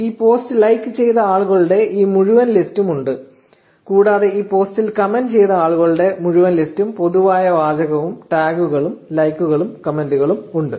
ഈ post like ചെയ്ത ആളുകളുടെ ഈ മുഴുവൻ ലിസ്റ്റും ഉണ്ട് കൂടാതെ ഈ പോസ്റ്റിൽ കമന്റ് ചെയ്ത ആളുകളുടെ മുഴുവൻ ലിസ്റ്റും പൊതുവായ വാചകവും ടാഗുകളും ലൈക്കുകളും കമന്റുകളും മറ്റും ഉണ്ട്